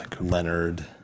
Leonard